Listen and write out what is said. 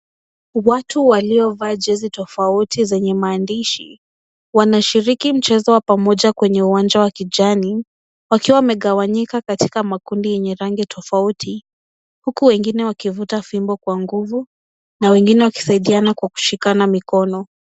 Watu waliovaa jersey tofauti zenye maandishi, wanashiriki mchezo wa pamoja kwenye uwanja wa kijani, wakiwa wamegawanyika katika makundi yenye rangi tofauti, huku wengine wakivuta fimbo kwa nguvu, na wengine wakisaidiana kwa kushikana mikono.